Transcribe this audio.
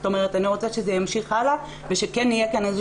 זאת אומרת אני רוצה שזה ימשיך הלאה ושכן יהיה כאן איזה